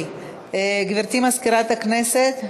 גברתי מזכירת הכנסת,